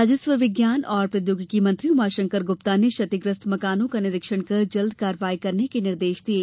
राजस्व विज्ञान और प्रौद्योगिकी मंत्री उमाशंकर गुप्ता ने क्षतिग्रस्त मकानों का निरीक्षण कर जल्द कार्यवाही के निर्देश दिये